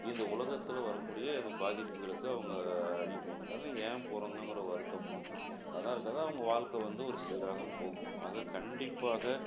இந்த உலகத்தில் வர்றக்கூடிய அந்த பாதிப்புகளுக்கு அவங்க போக மாட்டாங்க ஏன் பிறந்தோங்கற வருத்தமும் அதெல்லாம் இருக்காது அவங்க வாழ்க்க வந்து ஒரு சீராக போகும் ஆக கண்டிப்பாக